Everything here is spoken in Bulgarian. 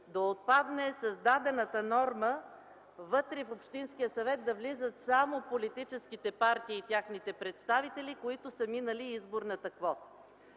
да отпадне създадената норма вътре в общинския съвет да влизат само политическите партии и техните представители, които са минали изборната квота.